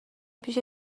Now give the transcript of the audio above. پیش